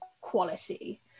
quality